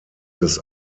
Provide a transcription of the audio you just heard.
des